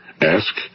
Ask